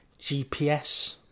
GPS